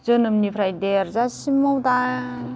जोनोमनिफ्राय देरजासिमाव दा